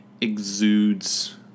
exudes